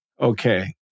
Okay